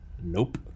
Nope